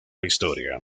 historia